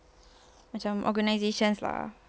macam organisations lah